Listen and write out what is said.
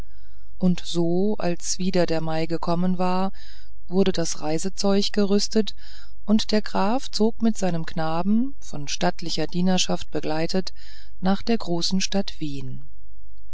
und so als wieder einmal der mai gekommen war wurde das reisezeug gerüstet und der graf zog mit seinem knaben von stattlicher dienerschaft begleitet nach der großen stadt wien